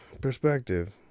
perspective